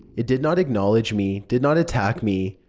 it did not acknowledge me, did not attack me,